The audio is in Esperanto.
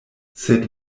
sed